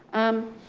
i'm